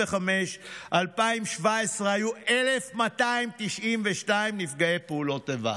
1995 2017 היו 1,292 נפגעי פעולות איבה.